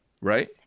Right